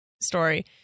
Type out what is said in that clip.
story